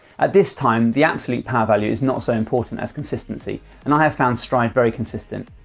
at this time, the absolute power value is not so important as consistency, and i have found stryd very consistent.